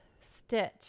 stitch